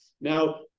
Now